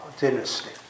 dynasty